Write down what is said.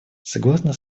согласно